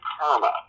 karma